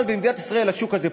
אבל במדינת ישראל השוק הזה פרוץ,